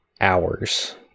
hours